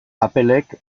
applek